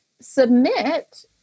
submit